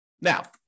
Now